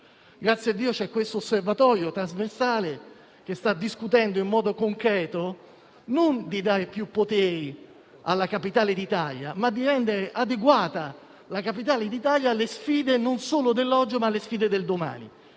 Grazie a Dio c'è questo osservatorio trasversale, che sta discutendo in modo concreto non di dare più poteri alla capitale d'Italia, ma di renderla adeguata alle sfide, non solo dell'oggi, ma anche del domani.